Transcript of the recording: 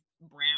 brown